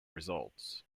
results